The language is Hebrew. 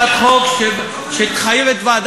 אני מוכן לתמוך בהצעת חוק שתחייב את הוועדה